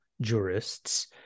jurists